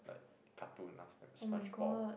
like cartoon last time Spongebob